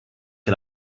che